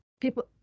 people